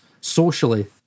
socially